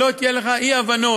שלא יהיו לך אי-הבנות: